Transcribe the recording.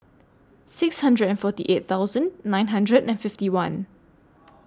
six hundred and forty eight thousand nine hundred and fifty one